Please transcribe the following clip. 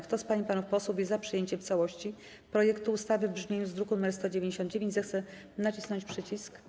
Kto z pań i panów posłów jest za przyjęciem w całości projektu ustawy w brzmieniu z druku nr 199, zechce nacisnąć przycisk.